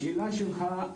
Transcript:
לשאלה שלך,